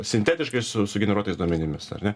sintetiškai su sugeneruotais duomenimis ar ne